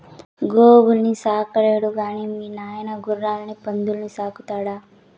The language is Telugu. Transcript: గోవుల్ని సాకలేడు గాని మీ నాయన గుర్రాలు పందుల్ని సాకుతాడా